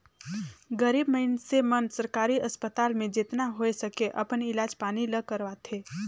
गरीब मइनसे मन सरकारी अस्पताल में जेतना होए सके अपन इलाज पानी ल करवाथें